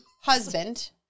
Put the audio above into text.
husband